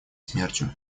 смертью